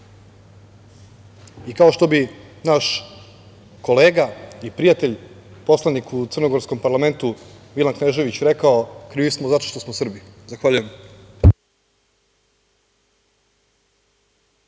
i kao što bi naš kolega i prijatelj, poslanik u crnogorskom parlamentu Milan Knežević, rekao – krivi smo zato što smo Srbi. Zahvaljujem.